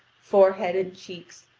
forehead and cheeks,